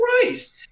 Christ